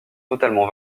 totalement